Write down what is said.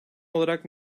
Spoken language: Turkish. olarak